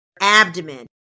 abdomen